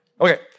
okay